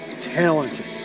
Talented